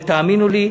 ותאמינו לי,